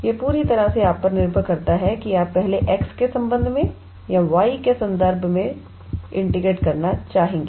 यह पूरी तरह आप पर निर्भर करता है कि आप पहले x के संबंध में या y के संदर्भ में इंटीग्रेट करना चाहेंगे